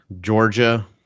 Georgia